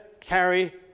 carry